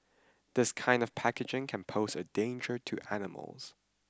this kind of packaging can pose a danger to animals